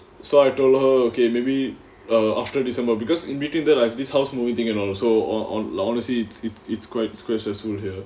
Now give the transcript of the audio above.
so I told her okay maybe err after december because in between that I've this house moving thing and all also ho~ ho~ honestly it's it's it's quite quite stressful here